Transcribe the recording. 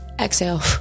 Exhale